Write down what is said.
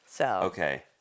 Okay